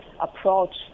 approach